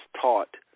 taught